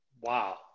Wow